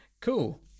cool